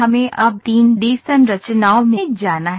हमें अब 3 डी संरचनाओं में जाना है